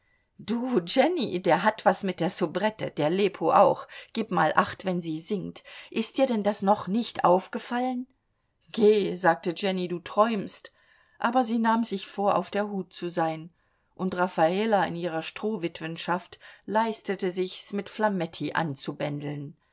du jenny der hat was mit der soubrette der lepo auch gib mal acht wenn sie singt ist dir denn das noch nicht aufgefallen geh sagte jenny du träumst aber sie nahm sich vor auf der hut zu sein und raffala in ihrer strohwitwenschaft leistete sich's mit flametti anzubändeln